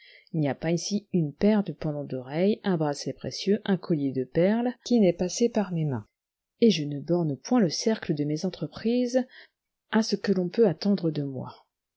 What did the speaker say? il n'y a pas ici une paire de pendants d'oreilles un bracelet précieux un collier de perles qui n'est passé par mes mains et je ne borne point le cercle de mes entreprises à ce qu'on peut attendre de moi